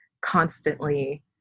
constantly